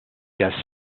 just